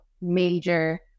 major